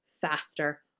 faster